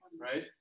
right